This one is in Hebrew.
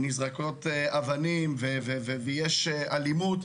ונזרקות אבנים ויש אלימות,